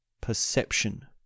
perception